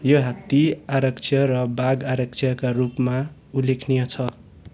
यो हात्ती आरक्ष्य र बाघ आरक्ष्यका रूपमा उल्लेखनीय छ